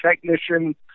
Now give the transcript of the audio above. technician